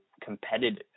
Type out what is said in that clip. competitive